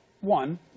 one